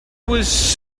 was